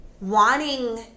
wanting